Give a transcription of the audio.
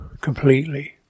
completely